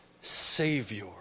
Savior